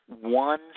one